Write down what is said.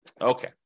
Okay